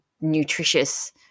nutritious